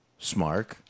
Smark